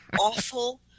awful